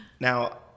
Now